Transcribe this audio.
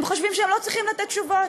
הם חושבים שהם לא צריכים לתת תשובות,